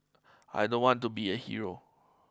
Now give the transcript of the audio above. I don't want to be a hero